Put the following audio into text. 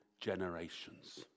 generations